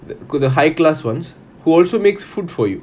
the got the high class [ones] who also makes food for you